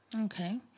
Okay